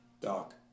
Doc